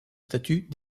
statut